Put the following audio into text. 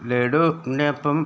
laddu ഉണ്ണിയപ്പം